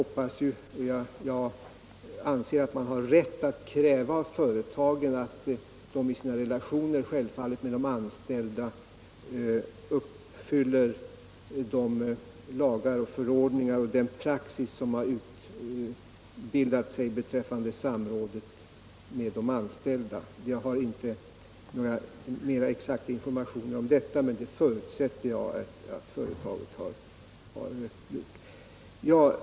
Jag anser att man har rätt att begära av företagen att de i sina relationer med de anställda skall uppfylla kraven i de lagar och förordningar som finns och svara mot den praxis som har utbildats beträffande samrådet med de anställda. Jag har inte några mer exakta informationer om detta, men det förutsätter jag att företaget har skaffat sig.